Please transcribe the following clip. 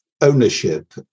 ownership